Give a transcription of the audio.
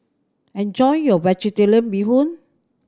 enjoy your Vegetarian Bee Hoon